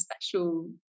special